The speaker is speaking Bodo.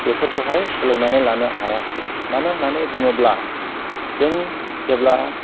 बेफोरखौहाय सोलोंनानै लानो हायाख्सै मानो होननानै बुङोब्ला जों जेब्ला